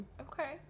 Okay